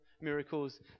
miracles